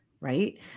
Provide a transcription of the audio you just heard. right